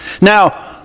Now